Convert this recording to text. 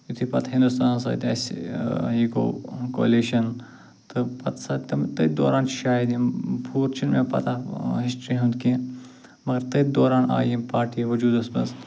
یتھُے پتہٕ ہندوستانس سۭتۍ اَسہِ یہِ گوٚو کولیشن تہٕ پتہٕ ہسا تِم تٔتھۍ دوران شاید یِم پوٗرٕ چھِ نہٕ مےٚ پتاہ ہِسٹری ہُنٛد کیٚنٛہہ مگر تٔتھۍ دوران آیہِ یِم پارٹی وجوٗدس منٛز